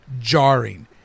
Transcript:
jarring